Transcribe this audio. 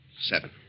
seven